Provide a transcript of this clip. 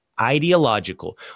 ideological